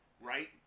right